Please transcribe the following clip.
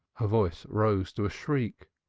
her voice rose to a shriek.